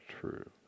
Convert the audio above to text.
true